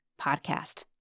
podcast